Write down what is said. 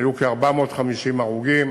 שהיו כ-450 הרוגים,